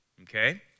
Okay